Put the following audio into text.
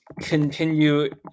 continue